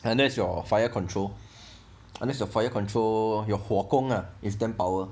unless your fire control unless your fire control your 火攻 ah it's damn power